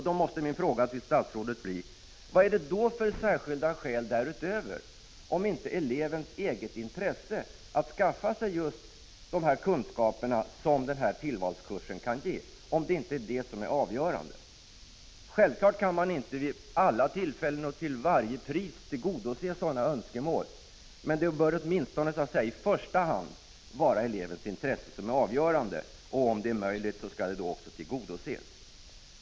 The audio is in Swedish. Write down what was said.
Då måste min fråga till statsrådet bli: Vad är det för särskilda skäl därutöver, om inte just elevens eget intresse att skaffa sig de här kunskaperna vilka tillvalskursen kan ge, som är avgörande? Självfallet kan man inte vid alla tillfällen och till varje pris tillgodose sådana önskemål, men det bör åtminstone i första hand vara elevens intresse som är avgörande — och om det är möjligt skall önskemålen också tillgodoses.